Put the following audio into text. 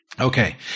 Okay